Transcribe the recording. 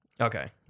Okay